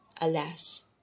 Alas